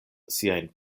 siajn